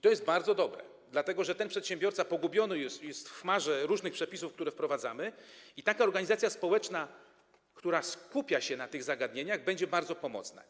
To jest bardzo dobre, dlatego że przedsiębiorca pogubiony jest w chmarze różnych przepisów, które wprowadzamy, i taka organizacja społeczna, która skupia się na tych zagadnieniach, będzie bardzo pomocna.